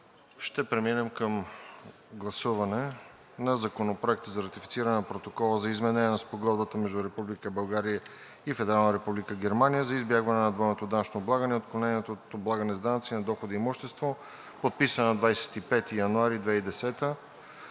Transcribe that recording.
Ще преминем към гласуване на Законопроект за ратифициране на Протокола за изменение на Спогодбата между Република България и Федерална република Германия за избягване на двойното данъчно облагане и отклонението от облагане с данъци на доходите и имуществото, подписана на 25 януари 2010 г.